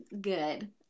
good